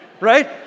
right